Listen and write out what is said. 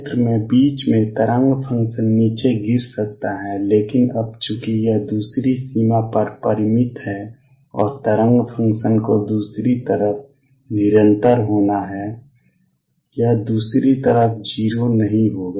क्षेत्र में बीच में तरंग फ़ंक्शन नीचे गिर सकता है लेकिन अब चूंकि यह दूसरी सीमा पर परिमित है और तरंग फ़ंक्शन को दूसरी तरफ निरंतर होना है यह दूसरी तरफ 0 नहीं होगा